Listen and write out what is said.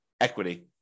equity